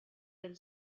del